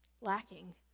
lacking